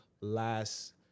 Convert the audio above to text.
last